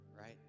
right